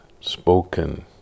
spoken